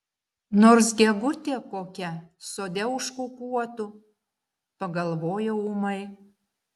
nors gegutė kokia sode užkukuotų pagalvojau ūmai